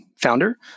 founder